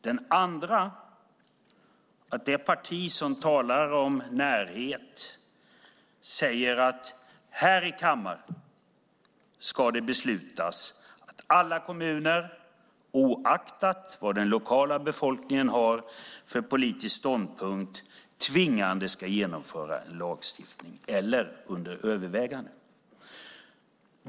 Den andra poängen är att det parti som talar om närhet säger att det här i kammaren ska beslutas att alla kommuner, oaktat vad den lokala befolkningen har för politisk ståndpunkt, tvingande ska genomföra en lagstiftning eller ta den under övervägande.